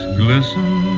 glisten